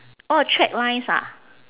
orh track lines ah